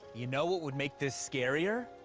you know what would make this scarier?